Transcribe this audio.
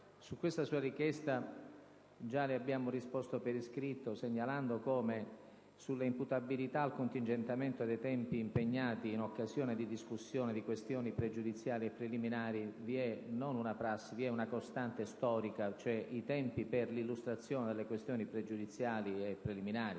su questa sua richiesta le abbiamo già risposto per iscritto segnalando come sulle imputabilità al contingentamento dei tempi impegnati in occasione della discussione di questioni pregiudiziali e preliminari vi sia non una prassi, ma una costante storica: cioè, i tempi per l'illustrazione delle questioni pregiudiziali e preliminari